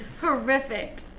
horrific